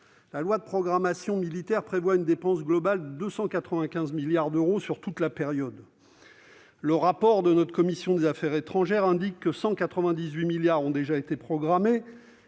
La loi de programmation militaire prévoit une dépense globale de 295 milliards d'euros sur toute la période. D'après le rapport de notre commission des affaires étrangères, 198 milliards d'euros ont été programmés